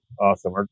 Awesome